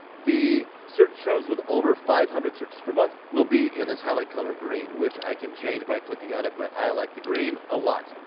the search terms with over five hundred searches per month will be in this highlight color green, which i can change by clicking on it, but i like the green a lot.